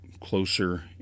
closer